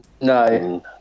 no